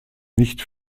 nicht